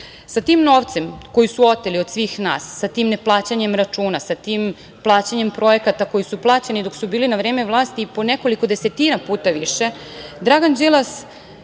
Sa tim novcem koji su oteli od svih nas, sa tim neplaćanjem računam, sa tim plaćanjem projekata koji su plaćeni dok su bili na vreme vlasti po nekoliko desetina puta više Dragan Đilas